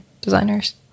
designers